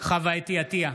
חוה אתי עטייה,